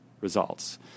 results